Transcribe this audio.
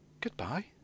goodbye